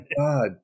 God